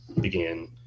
began